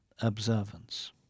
observance